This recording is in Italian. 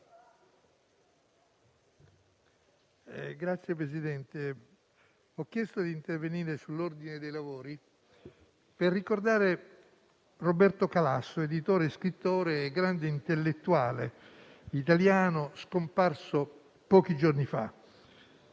Signor Presidente, ho chiesto di intervenire sull'ordine dei lavori per ricordare Roberto Calasso, editore, scrittore e grande intellettuale italiano, scomparso pochi giorni fa.